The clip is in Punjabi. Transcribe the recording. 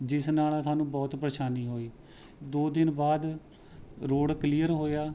ਜਿਸ ਨਾਲ ਸਾਨੂੰ ਬਹੁਤ ਪ੍ਰੇਸ਼ਾਨੀ ਹੋਈ ਦੋ ਦਿਨ ਬਾਅਦ ਰੋਡ ਕਲੀਅਰ ਹੋਇਆ